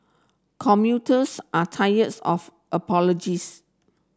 commuters are tires of apologies